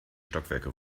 stockwerke